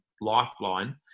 lifeline